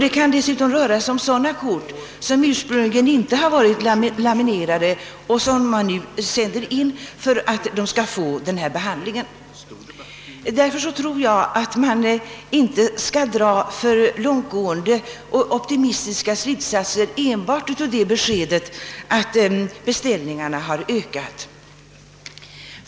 Det kan dessutom vara fråga om kort som inte ursprungligen varit laminerade och som nu insändes för en sådan behandling. Därför tror jag inte att det är befogat att dra alltför långtgående och optimistiska slutsatser enbart av beskedet att beställningarna har ökat.